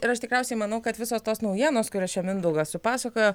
ir aš tikriausiai manau kad visos tos naujienos kurias čia mindaugas supasakojo